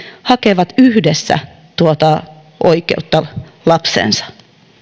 hakevat yhdessä tuota oikeutta lapseensa